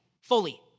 fully